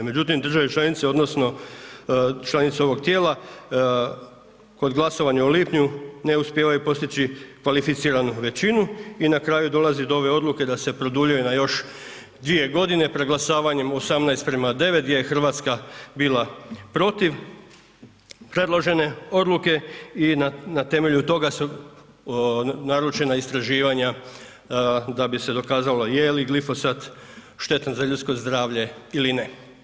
Međutim, države članice odnosno članice ovog tijela, kod glasovanja u lipnju ne uspijevaju postići kvalificiranu većinu i na kraju dolazi do ove odluke da se produljuje na još 2 godine, preglasavanjem 18-9 gdje je Hrvatska bila protiv predložene odluke i na temelju toga su naručena istraživanja da bi se dokazalo je li glifosat štetan za ljudsko zdravlje ili ne.